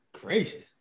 gracious